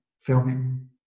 filming